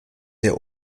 der